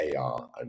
AR